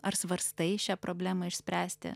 ar svarstai šią problemą išspręsti